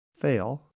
fail